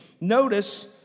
Notice